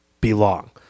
Belong